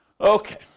Okay